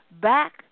back